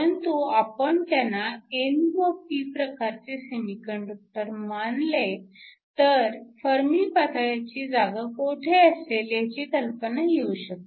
परंतु आपण त्यांना n व p प्रकारचे सेमीकंडक्टर मानले तर फर्मी पातळ्याची जागा कोठे असेल ह्याची कल्पना येऊ शकते